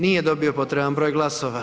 Nije dobio potreban broj glasova.